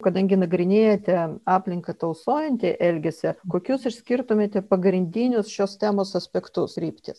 kadangi nagrinėjate aplinką tausojantį elgesį kokius išskirtumėte pagrindinius šios temos aspektus kryptis